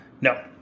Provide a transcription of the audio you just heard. No